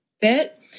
bit